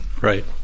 right